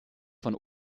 von